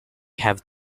have